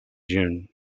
june